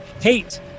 hate